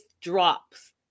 drops